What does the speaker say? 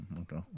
Okay